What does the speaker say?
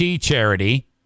charity